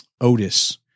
Otis